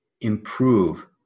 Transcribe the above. Improve